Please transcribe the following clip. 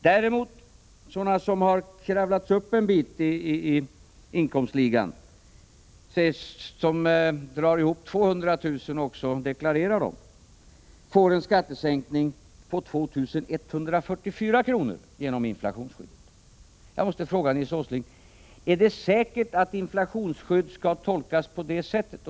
Däremot får sådana som har kravlat sig upp en bit i inkomstligan och drar ihop 200 000 kr. och också deklarerar dem en skattesänkning på 2 144 kr. genom inflationsskyddet. Jag måste fråga Nils Åsling: Är det säkert att inflationsskydd skall tolkas på det sättet?